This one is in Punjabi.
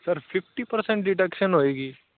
ਸਰ ਫਿਫਟੀ ਪ੍ਰਸੈਂਟ ਡੀਡਕਸ਼ਨ ਹੋਏਗੀ